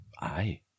Aye